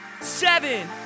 seven